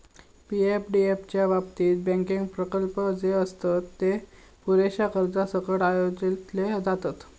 पी.एफडीएफ च्या बाबतीत, बँकेत प्रकल्प जे आसत, जे पुरेशा कर्जासकट आयोजले जातत